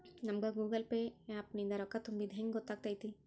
ನಮಗ Google Pay app ನಿಂದ ರೊಕ್ಕಾ ತುಂಬಿದ್ದ ಹೆಂಗ್ ಗೊತ್ತ್ ಆಗತೈತಿ?